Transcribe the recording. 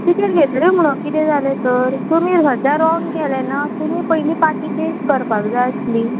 ticket घेतलें म्हुणो किदें जालें तर तुमी सद्द्या रोंग केलें ना तुमी पयलीं पाटी चेंज करपाक जाय आसली